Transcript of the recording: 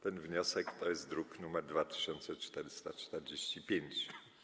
Ten wniosek to druk nr 2445.